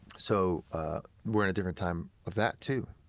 so we're in a different time of that too.